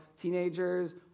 teenagers